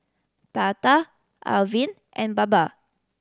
Tata Arvind and Baba